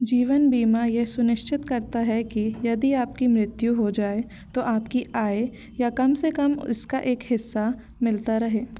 जीवन बीमा यह सुनिश्चित करता है कि यदि आपकी मृत्यु हो जाए तो आपकी आय या कम से कम इसका एक हिस्सा मिलता रहे